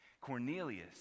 Cornelius